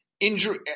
Injury –